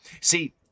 See